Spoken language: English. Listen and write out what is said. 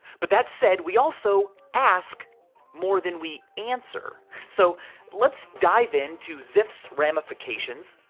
but that said, we also ask more than we answer. so let's dive into zipf's ramifications,